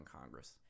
Congress